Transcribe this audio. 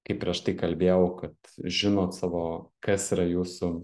kaip prieš tai kalbėjau kad žinot savo kas yra jūsų